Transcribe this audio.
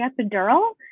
epidural